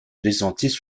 présentées